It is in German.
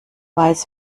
weiß